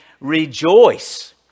Rejoice